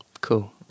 cool